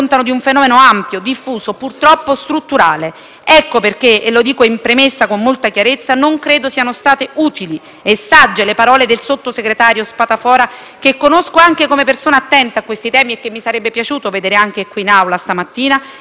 Ecco perché - e lo dico in premessa con molta chiarezza - non credo siano state utili e sagge le parole del sottosegretario Spadafora - che conosco anche come persona attenta a questi temi e che mi sarebbe piaciuto vedere qui in Aula stamattina - in occasione della celebrazione del 25 novembre. A lui